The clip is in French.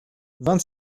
vingt